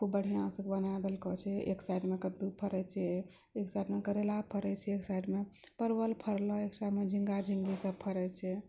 खूब बढ़िआँ सँ बना देलकै छै एक साइडमे कद्दू फरै छै एक साइडमे करेला फरै छै एक साइडमे परवल फरले एक साइडमे झिङ्गा झिङ्गी सब फरै छै